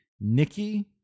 Nikki